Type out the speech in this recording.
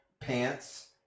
Pants